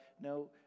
No